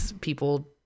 people